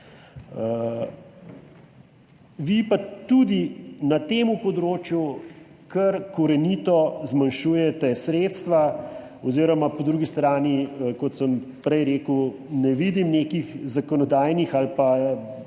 Vi pa tudi na tem področju kar korenito zmanjšujete sredstva oziroma po drugi strani, kot sem prej rekel, ne vidim nekih zakonodajnih ali pa